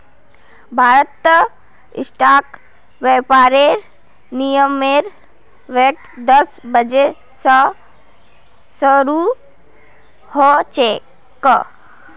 भारतत स्टॉक व्यापारेर विनियमेर वक़्त दस बजे स शरू ह छेक